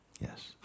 Yes